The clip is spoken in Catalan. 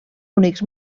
únics